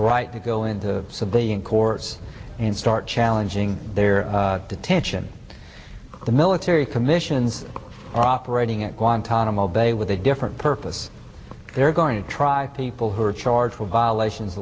right to go into the civilian courts and start challenging their detention the military commissions are operating at guantanamo bay with a different purpose they're going to try people who are charged with violations